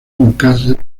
newcastle